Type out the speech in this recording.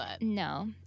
No